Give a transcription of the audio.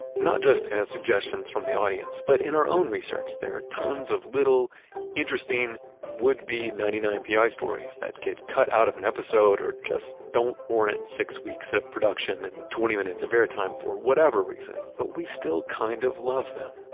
not just as suggestions from the audience, but in our own research. there are tons of little interesting would be ninety nine pi stories that get cut out of an episode, or just don't warrant six weeks of production and twenty minutes of air time, for whatever reason, but we still kind of love them.